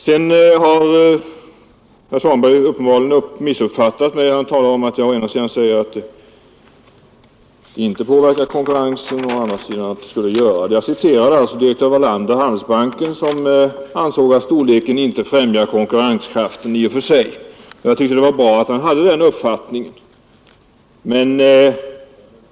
Herr Svanberg har uppenbarligen missuppfattat mig, när han talar om att jag å ena sidan säger att en sammanslagning inte påverkar konkurrensen och å andra sidan hävdar att den skulle göra det. Jag citerade alltså direktör Wallander i Handelsbanken, som ansåg att storleken inte främjar konkurrensen i och för sig. Jag tycker det var bra att han hade den uppfattningen.